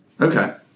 Okay